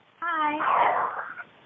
Hi